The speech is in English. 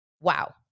Wow